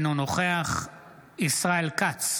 אינו נוכח ישראל כץ,